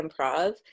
improv